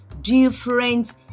different